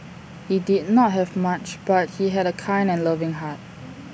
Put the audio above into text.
he did not have much but he had A kind and loving heart